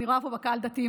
אני רואה פה בקהל דתיים,